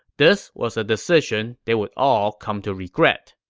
this was a decision they would all come to regret